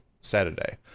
saturday